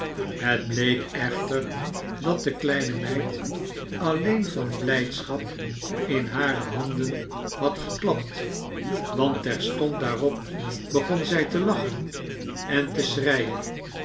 het bleek echter dat de kleine meid alleen van blijdschap in hare handen had geklapt want terstond daarop begon zij te lachen en te schreien